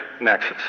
nexus